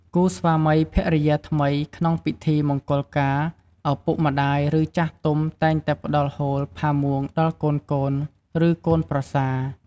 គូស្វាមីភរិយាថ្មី ក្នុងពិធីមង្គលការ ឪពុកម្តាយ ឬចាស់ទុំតែងតែផ្តល់ហូលផាមួងដល់កូនៗ ឬកូនប្រសា។